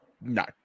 no